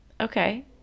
Okay